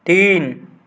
तीन